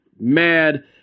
mad